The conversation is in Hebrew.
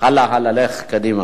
הלאה, הלאה, לך קדימה.